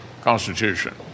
Constitution